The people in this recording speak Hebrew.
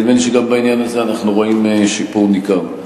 נדמה לי שגם בעניין הזה אנחנו רואים שיפור ניכר.